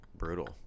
Brutal